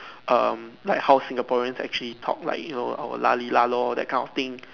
um like how Singaporeans actually talk like you know our lah F lah lor that kind of thing